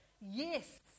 Yes